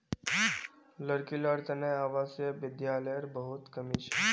लड़की लार तने आवासीय विद्यालयर बहुत कमी छ